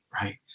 right